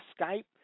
Skype